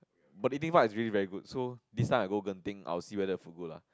but the eating part is really very good so this time I go Genting I will see whether the food good lah